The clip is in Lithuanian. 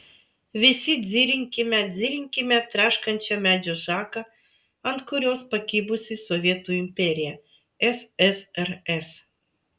visi dzirinkime dzirinkime traškančią medžio šaką ant kurios pakibusi sovietų imperija ssrs